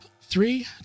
three